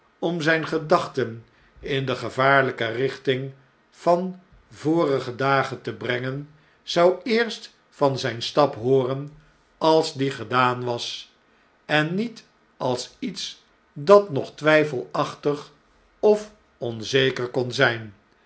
om zijn gedachten in de gevaarlijke richting van vorige dagen te brengen zou eerst van zjjn stap hooren als die gedaan was en niet als iets dat nog twijfelachtig of onzeker kon zijn